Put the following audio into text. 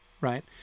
right